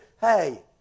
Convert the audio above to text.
Hey